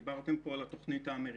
דיברתם פה על התוכנית האמריקנית,